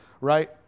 right